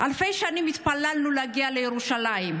אלפי שנים התפללנו להגיע לירושלים.